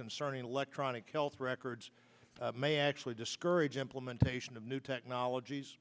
concerning electronic health records may actually discourage implementation of new technologies